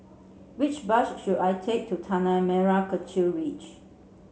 which bus should I take to Tanah Merah Kechil Ridge